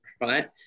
right